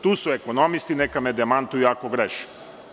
Tu su ekonomisti, neka me demantuju ako grešim.